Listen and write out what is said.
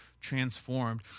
transformed